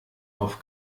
auf